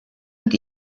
mit